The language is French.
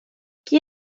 qui